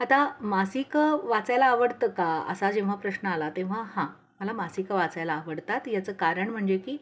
आता मासिकं वाचायला आवडतं का असा जेव्हा प्रश्न आला तेव्हा हां मला मासिकं वाचायला आवडतात याचं कारण म्हणजे की